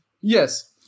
Yes